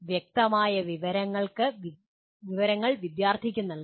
വ്യക്തമായ വിവരങ്ങൾ വിദ്യാർത്ഥിക്ക് നൽകണം